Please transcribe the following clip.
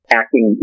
acting